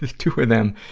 the two of them,